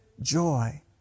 joy